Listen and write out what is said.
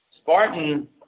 Spartan